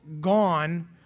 gone